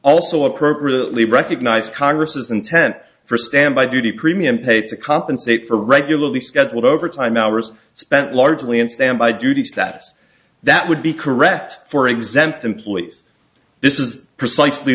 also appropriately recognized congress's intent for standby duty premium pay to compensate for regularly scheduled overtime hours spent largely on standby duty status that would be correct for exempt employees this is precisely